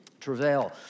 Travail